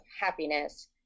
happiness